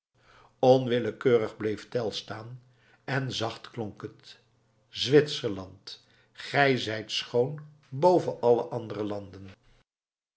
onwillekeurig bleef tell staan en zacht klonk het zwitserland gij zijt schoon boven alle andere landen